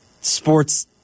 sports